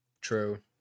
True